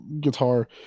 guitar